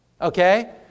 Okay